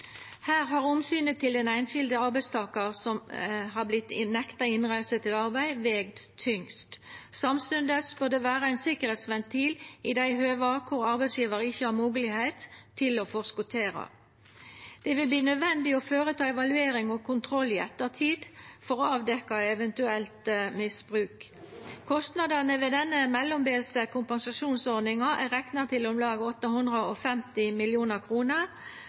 Her har omsynet til den einskilde arbeidstakaren som vert nekta innreise til arbeidet, vege tyngst. Samstundes bør det vera en sikkerheitsventil i dei høva der arbeidsgjevaren ikkje har mogelegheit til å forskottera. Det vil verta nødvendig å føreta evaluering og kontrollar i ettertid for å avdekkja eventuelt misbruk. Kostnadane ved denne mellombelse kompensasjonsordninga er rekna til om lag 850